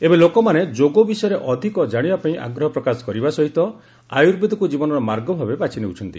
ଏବେ ଲୋକମାନେ ଯୋଗ ବିଷୟରେ ଅଧିକ ଜାଣିବା ପାଇଁ ଆଗ୍ରହ ପ୍ରକାଶ କରିବା ସହିତ ଆୟୁର୍ବେଦକୁ ଜୀବନର ମାର୍ଗ ଭାବେ ବାଛି ନେଉଛନ୍ତି